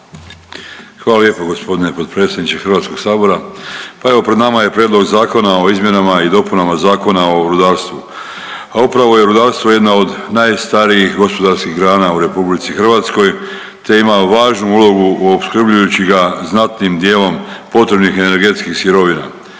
Hvala lijepo g. potpredsjedniče HS. Pa evo, pred nama je Prijedlog zakona o izmjenama i dopunama Zakona o rudarstvu, a upravo je rudarstvo jedna od najstarijih gospodarskih grana u RH, te ima važnu ulogu opskrbljujući ga znatnim dijelom potrebnih energetskih sirovina